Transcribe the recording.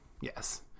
Yes